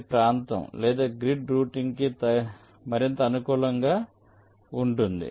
ఇది ప్రాంతం లేదా గ్రిడ్ రౌటింగ్ కి మరింత అనుకూలంగా ఉంటుంది